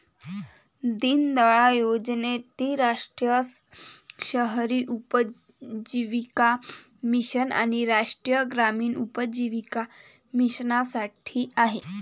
दीनदयाळ योजनेत ती राष्ट्रीय शहरी उपजीविका मिशन आणि राष्ट्रीय ग्रामीण उपजीविका मिशनसाठी आहे